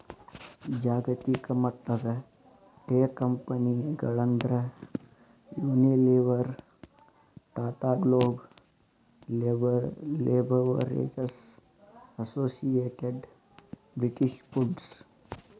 ಜಾಗತಿಕಮಟ್ಟದ ಟೇಕಂಪೆನಿಗಳಂದ್ರ Unilever, Tata Global Beverages, Associated British foods